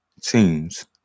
teams